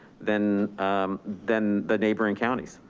than than the neighboring counties.